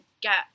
get